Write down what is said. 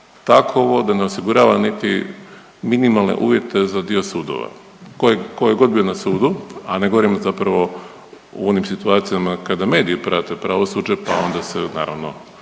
takovo da ne osigurava minimalne uvjete za dio sudova. Tko je god bio na sudu, a ne govorimo zapravo u onim situacija kada mediji prate pravosuđe pa onda se naravno